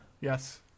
yes